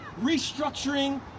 restructuring